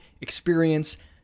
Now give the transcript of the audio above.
experience